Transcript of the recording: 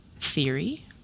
theory